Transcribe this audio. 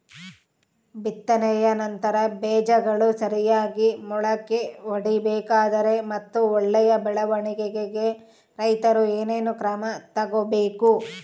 ಬಿತ್ತನೆಯ ನಂತರ ಬೇಜಗಳು ಸರಿಯಾಗಿ ಮೊಳಕೆ ಒಡಿಬೇಕಾದರೆ ಮತ್ತು ಒಳ್ಳೆಯ ಬೆಳವಣಿಗೆಗೆ ರೈತರು ಏನೇನು ಕ್ರಮ ತಗೋಬೇಕು?